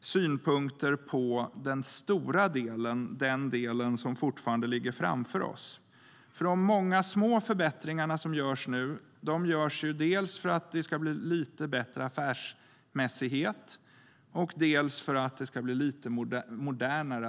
synpunkter på den stora delen, som fortfarande ligger framför oss. De många små förbättringar som görs nu görs dels för att det ska bli lite bättre affärsmässighet, dels för att det ska bli lite modernare.